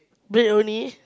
bread only